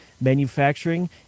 manufacturing